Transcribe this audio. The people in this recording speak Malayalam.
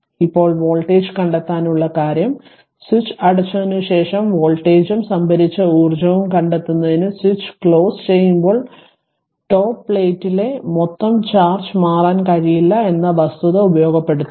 ഇപ്പോൾ വോൾട്ടേജ് കണ്ടെത്താനുള്ള കാര്യം സ്വിച്ച് അടച്ചതിനുശേഷം വോൾട്ടേജും സംഭരിച്ച ഊർജ്ജവും കണ്ടെത്തുന്നതിന് സ്വിച്ച് ക്ലോസ് ചെയ്യുമ്പോൾ ടോപ്പ് പ്ലേറ്റിലെ മൊത്തം ചാർജ് മാറാൻ കഴിയില്ല എന്ന വസ്തുത ഉപയോഗപ്പെടുത്തുന്നു